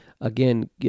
again